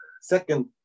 Second